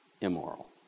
immoral